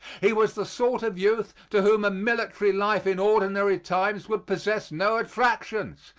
he was the sort of youth to whom a military life in ordinary times would possess no attractions.